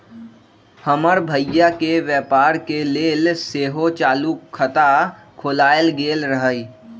हमर भइया के व्यापार के लेल सेहो चालू खता खोलायल गेल रहइ